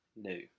new